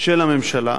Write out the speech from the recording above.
של הממשלה,